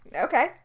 okay